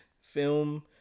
film